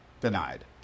denied